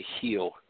heal